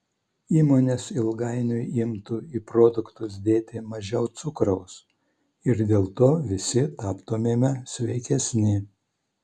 įmonės ilgainiui imtų į produktus dėti mažiau cukraus ir dėl to visi taptumėme sveikesni